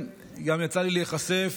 כן יצא לי להיחשף